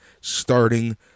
Starting